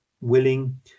willing